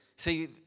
See